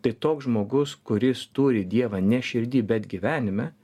tai toks žmogus kuris turi dievą ne širdy bet gyvenime